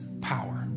power